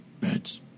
Beds